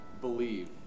believe